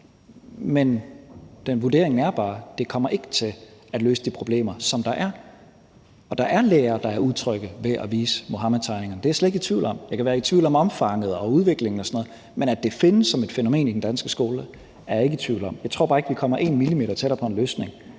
den vurdering er bare, at det ikke kommer til at løse de problemer, der er. Der er lærere, der er utrygge ved at vise Muhammedtegningerne. Det er jeg slet ikke i tvivl om. Jeg kan være i tvivl om omfanget, udviklingen og sådan noget, men at det findes som et fænomen i den danske skole, er jeg ikke i tvivl om. Jeg tror bare ikke, at vi kommer en millimeter tættere på en løsning